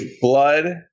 Blood